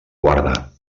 guarda